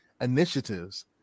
initiatives